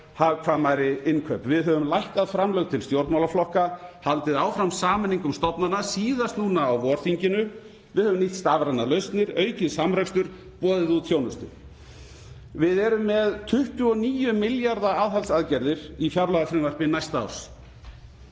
hagkvæmari innkaup. Við höfum lækkað framlög til stjórnmálaflokka, haldið áfram sameiningum stofnana, síðast núna á vorþinginu. Við höfum nýtt stafrænar lausnir, aukið samrekstur, boðið út þjónustu. Við erum með 29 milljarða aðhaldsaðgerðir í fjárlagafrumvarpi næsta árs